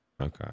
okay